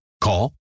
Call